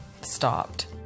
stopped